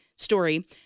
Story